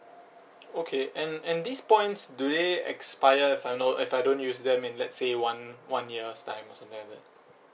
okay and and these points do they expire if I no if I don't use them in let's say one one year's time or something like that